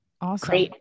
Awesome